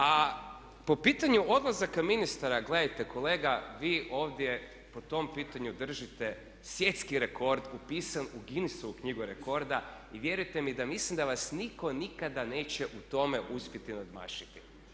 A po pitanju odlazaka ministara, gledajte kolega, vi ovdje po tom pitanju držite svjetski rekord upisan u Guinnessovu knjigu rekorda i vjerujte mi da mislim da vas nitko nikada neće u tome uspjeti nadmašiti.